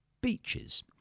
Beaches